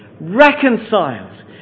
Reconciled